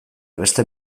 beste